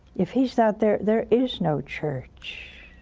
if he's not there, there is no church.